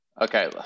Okay